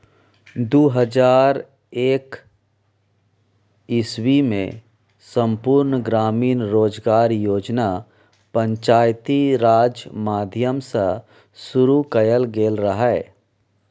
दु हजार एक इस्बीमे संपुर्ण ग्रामीण रोजगार योजना पंचायती राज माध्यमसँ शुरु कएल गेल रहय